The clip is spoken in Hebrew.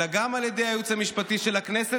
אלא גם על ידי הייעוץ המשפטי של הכנסת